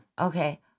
Okay